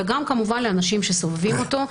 וגם כמובן לאנשים הסובבים אותו.